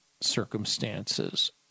circumstances